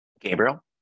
Gabriel